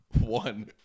One